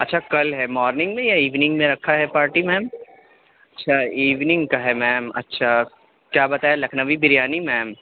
اچھا کل ہے مارننگ میں یا ایوننگ میں رکھا ہے پارٹی میم اچھا ایوننگ کا ہے میم اچھا کیا بتایا لکھنوی بریانی میم